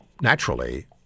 naturally